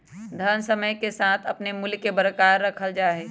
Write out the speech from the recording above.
धन समय के साथ अपन मूल्य के बरकरार रखल जा हई